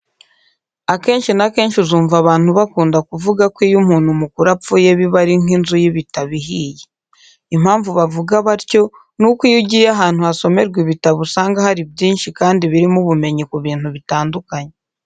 Akenshi na kenshi uzumva abantu bakunda kuvuga ko iyo umuntu mukuru apfuye biba ari nk'inzu y'ibitabo ihiye. Impamvu bavuga batyo ni uko iyo ugiye ahantu hasomerwa ibitabo usanga hari byinshi kandi birimo ubumenyi ku bintu bitandukanye.